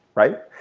right.